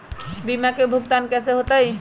बीमा के भुगतान कैसे होतइ?